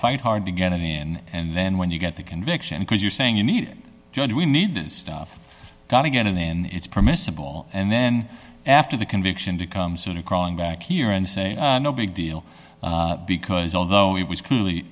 fight hard to get in and then when you get the conviction because you're saying you need john we need this stuff got to get in and it's permissible and then after the conviction to come sooner crawling back here and saying no big deal because although it was clearly